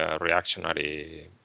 reactionary